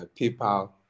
PayPal